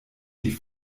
die